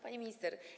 Pani Minister!